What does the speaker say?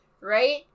right